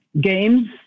games